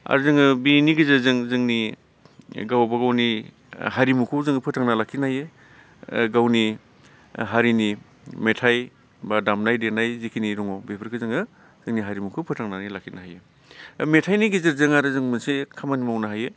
आरो जोङो बेनि गेजेरजों जोंनि गावबागावनि हारिमुखौ जों फोथांना लाखिनो हायो गावनि हारिनि मेथाइ बा दामनाय देनाय जिखिनि दङ बेफोरखो जोङो जोंनि हारिमुखौ जोङो फोथांनानै लाखिनो हायो मेथाइनि गेजेरजों आऱो जों मोनसे खामानि मावनो हायो